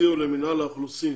ימציאו למינהל האוכלוסין